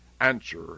answer